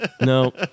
No